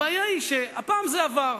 הבעיה היא שהפעם זה עבר.